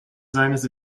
seines